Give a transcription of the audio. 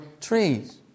trees